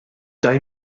daj